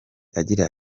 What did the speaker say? agira